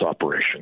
operation